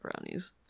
brownies